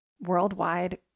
worldwide